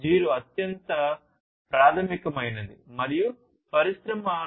0 అత్యంత ప్రాధమికమైనది మరియు పరిశ్రమ 4